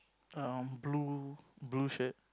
um blue blue shirt